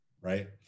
right